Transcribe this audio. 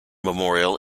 memorial